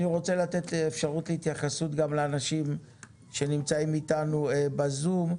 אני רוצה לתת אפשרות להתייחסות לאנשים שנמצאים אתנו ב-זום.